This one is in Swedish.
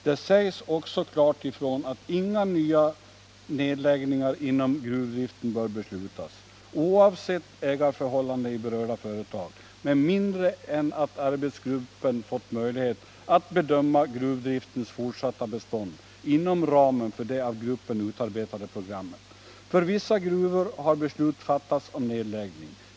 Det sägs också klart ifrån att inga nya nedläggningar inom gruvdriften bör beslutas — oavsett ägarförhållande i berörda företag - med mindre än att arbetsgruppen fått möjlighet att bedöma gruvdriftens fortsatta bestånd inom ramen för det av gruppen utarbetade programmet. För vissa gruvor har beslut fattats om nedläggning.